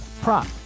prop